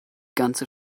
ganze